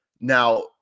Now